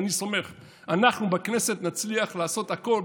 אני סומך שאנחנו בכנסת נצליח לעשות הכול,